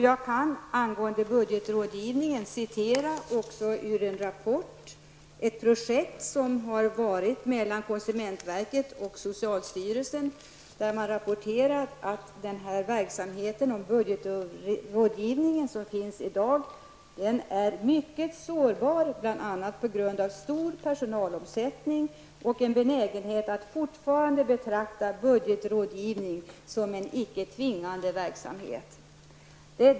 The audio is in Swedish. Jag kan angående budgetrådgivningen läsa ur en rapport som handlar om ett projekt mellan konsumentverket och socialstyrelsen. Man har rapporterat att den verksamhet och budgetrådgivning som finns i dag är mycket sårbar. Det beror bl.a. på stor personalomsättning och en benägenhet att fortfarande betrakta budgetrådgivning som en icke tvingande verksamhet.